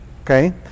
Okay